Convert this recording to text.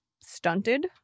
stunted